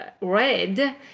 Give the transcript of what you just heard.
red